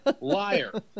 liar